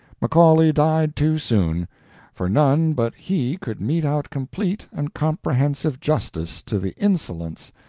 macaulay died too soon for none but he could mete out complete and comprehensive justice to the insolence,